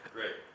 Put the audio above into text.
Great